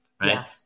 right